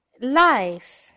life